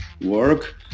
work